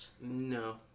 No